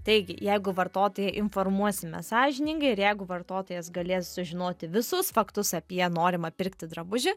taigi jeigu vartotoją informuosime sąžiningai ir jeigu vartotojas galės sužinoti visus faktus apie norimą pirkti drabužį